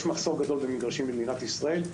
יש מחסור גדול במגרשים במדינת ישראל.